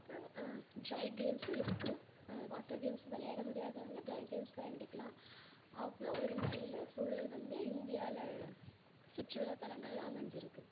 அப்புறோம் ட்ரை கேம்ஸும் இருக்குது வாட்டர் கேம்ஸ் விளையாட முடியாதவங்க ட்ரை கேம்ஸ் விளையாண்டுக்குலாம் அவ்வளோ ஒரு நல்ல சூழல் வந்து இந்தியாவில சுற்றுலாத்தலங்கள்ல அமஞ்சிருக்குது